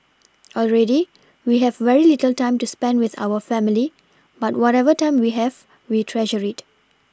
already we have very little time to spend with our family but whatever time we have we treasure it